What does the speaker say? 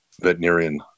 Veterinarian